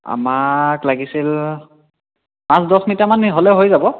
আমাক লাগিছিল পাঁচ দহ মিটাৰ মানে হ'লে হৈ যাব